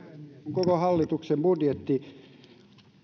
koko hallituksen budjetti